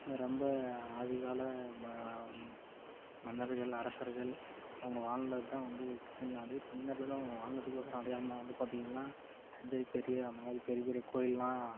ரொம்ப அதிகால மன்னர்கள் அரசர்கள் அவங்க வாழ்ந்ததுதான் வந்து தமிழ்நாடு தமிழ்நாட்டில்தான் வாழ்ந்ததுக்காக ஒரு அடையாளமாக வந்து பார்த்திங்கள்னா தஞ்சை பெரிய அந்த மாதிரி பெரிய பெரிய கோயிலெலாம்